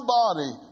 body